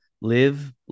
Live